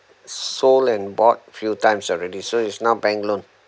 sold and bought a few times already so it's now bank loan